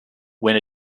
win